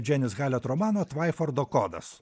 džianis halet romano tvaifordo kodas